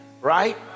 right